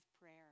prayer